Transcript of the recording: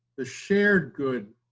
the shared good,